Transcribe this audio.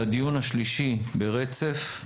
זה הדיון השלישי ברצף.